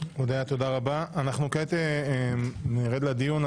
נרד לדיון.